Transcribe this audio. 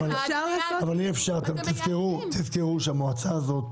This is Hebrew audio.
תזכור שהמליאה הזאת